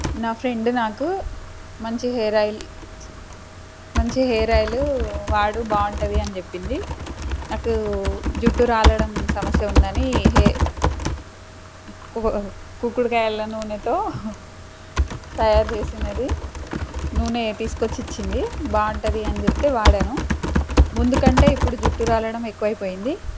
నా ఫ్రెండ్ నాకు మంచి హెయిర్ ఆయిల్ మంచి హెయిర్ ఆయిల్ వాడు బాగుంటుంది అని చెప్పింది నాకు జుట్టు రాలడం సమస్య ఉందని హె కుంకుడు కాయల నూనెతో తయారు చేసినది నూనె తీసుకొచ్చి ఇచ్చింది బాగుంటుంది అని చెప్తే వాడాను ముందుకంటే ఇప్పుడు జుట్టు రాలడం ఎక్కువైపోయింది